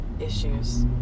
issues